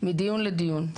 מדיון לדיון.